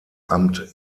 amt